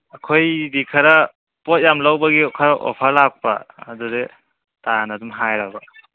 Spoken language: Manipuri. ꯑꯩꯈꯣꯏꯗꯤ ꯈꯔ ꯄꯣꯠ ꯌꯥꯝ ꯂꯧꯕꯒꯤ ꯈꯔ ꯑꯣꯔ ꯂꯥꯛꯄ ꯑꯗꯨꯗꯩ ꯇꯥꯅ ꯑꯗꯨꯝ ꯍꯥꯏꯔꯕ